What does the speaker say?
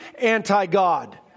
anti-God